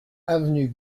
avenue